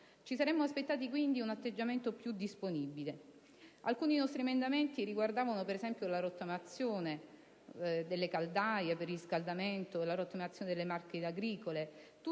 Ci saremmo aspettati, quindi, un atteggiamento più disponibile. Alcuni nostri emendamenti riguardavano - per esempio - la rottamazione delle caldaie per riscaldamento e delle macchine agricole,